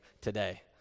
today